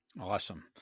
Awesome